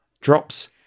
drops